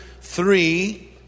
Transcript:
three